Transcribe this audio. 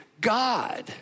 God